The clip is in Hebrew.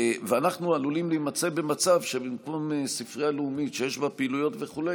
ואנחנו עלולים להימצא במצב שבמקום ספרייה לאומית שיש בה פעילויות וכו',